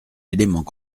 éléments